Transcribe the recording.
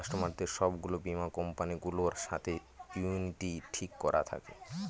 কাস্টমারদের সব গুলো বীমা কোম্পানি গুলোর সাথে ইউনিটি ঠিক করা থাকে